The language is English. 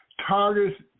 targets